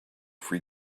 free